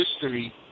history